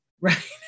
right